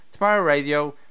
tomorrowradio